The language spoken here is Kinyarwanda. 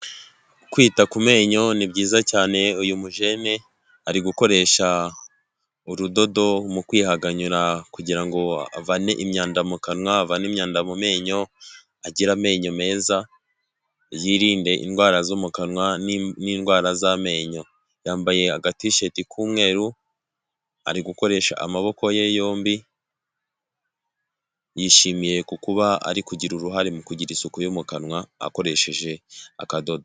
Kwita ku menyo ni byiza cyane uyu mujene ari gukoresha urudodo mu kwihaganyura kugira ngo avane imyanda mu kanwa; avane imyanda mu menyo agira amenyo meza yirinde indwara zo mu kanwa n'indwara z'amenyo yambaye aga tisheti k'umweru ari gukoresha amaboko ye yombi yishimiye kuko ari kugira uruhare mu kugira isuku yo mu kanwa akoresheje akadodo.